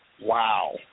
Wow